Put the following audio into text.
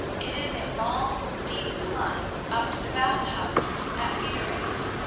it is a long, steep climb up to the bath house at fideris,